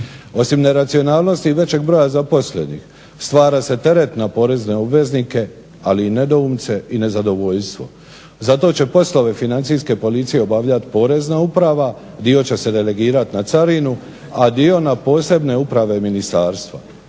Osim neracionalnosti i većeg broja zaposlenih stvara se teret na porezne obveznike ali i nedoumice i nezadovoljstvo. Zato će poslove Financijske policije obavljat Porezna uprava, dio će se delegirat na carinu, a dio na posebne uprave ministarstva.